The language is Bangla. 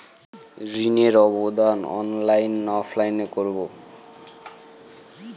ঋণের আবেদন অনলাইন না অফলাইনে করব?